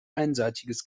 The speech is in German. einseitiges